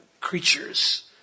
creatures